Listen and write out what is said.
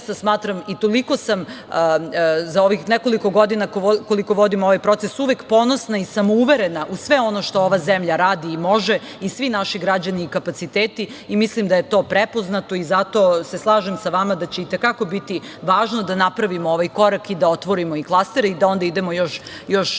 zaista smatram i toliko sam za ovih nekoliko godina koliko vodim ovaj proces uvek ponosna i samouverena u sve ono što ova zemlja radi i može i svi naši građani i kapaciteti i mislim da je to prepoznato i zato se slažem sa vama da će i te kako biti važno da napravimo ovaj korak i da otvorimo i klastere i da onda idemo i još